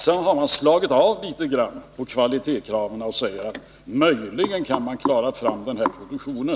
Sedan har man slagit av litet grand på kvalitetskraven och sagt att möjligen kan man klara av den här produktionen.